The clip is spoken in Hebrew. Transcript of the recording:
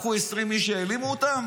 לקחו 20 איש והעלימו אותם,